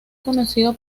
conocido